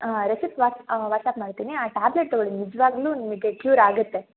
receipt ವಾ WhatsApp ಮಾಡ್ತೀನಿ ಆ ಟ್ಯಾಬ್ಲೆಟ್ ತೊಗೊಳಿ ನಿಜವಾಗ್ಲು ನಿಮಗೆ ಕ್ಯೂರ್ ಆಗುತ್ತೆ